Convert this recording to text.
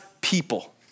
people